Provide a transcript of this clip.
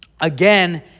again